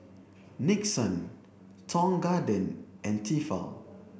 Nixon Tong Garden and Tefal